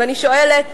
ואני שואלת,